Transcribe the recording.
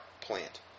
plant